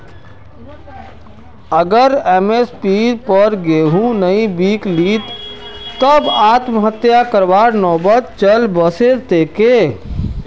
अगर एम.एस.पीर पर गेंहू नइ बीक लित तब आत्महत्या करवार नौबत चल वस तेक